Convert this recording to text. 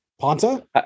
Ponta